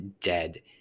dead